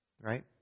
right